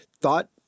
thought